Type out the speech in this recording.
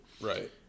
Right